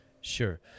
Sure